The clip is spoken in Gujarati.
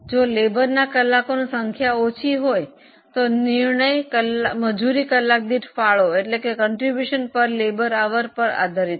જો મજૂરીના કલાકોની સંખ્યા ઓછી હોય તો નિર્ણય મજૂરી કલાક દીઠ ફાળા પર આધારિત છે